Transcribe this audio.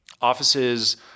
offices